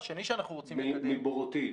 מבורותו,